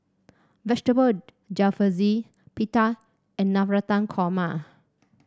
Vegetable Jalfrezi Pita and Navratan Korma